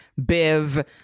Biv